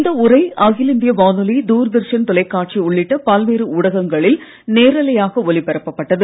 இந்த உரை அகில இந்திய வானொலி தூர்தர்ஷன் தொலைக்காட்சி உள்ளிட்ட பல்வேறு ஊடகங்களில் நேரலையாக ஒலிபரப்பப் பட்டது